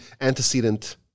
antecedent